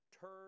turn